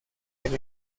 del